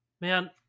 man